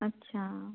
अच्छा